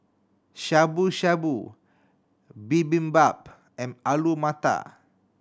Shabu Shabu Bibimbap and Alu Matar